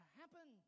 happen